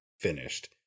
finished